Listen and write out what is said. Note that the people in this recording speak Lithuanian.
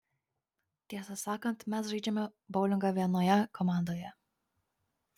tiesą sakant mes žaidžiame boulingą vienoje komandoje